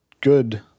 good